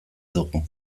dugu